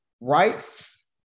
rights